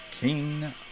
King